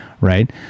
right